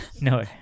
No